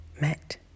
Met